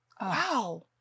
Wow